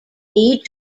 need